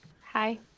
Hi